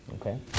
Okay